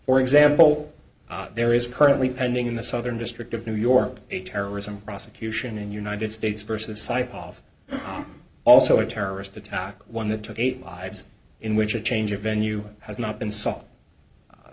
for example there is currently pending in the southern district of new york a terrorism prosecution in united states versus side of also a terrorist attack one that took eight lives in which a change of venue has not been